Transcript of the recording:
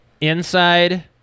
inside